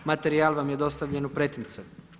Materijal vam je dostavljen u pretince.